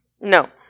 No